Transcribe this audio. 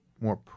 more